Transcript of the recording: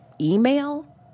email